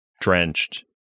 drenched